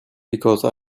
because